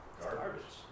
garbage